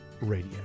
Radio